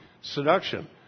Seduction